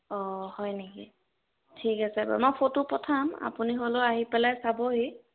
অ' হয় নেকি ঠিক আছে বাৰু মই ফটো পঠাম আপুনি হ'লেও আহি পেলাই চাবহি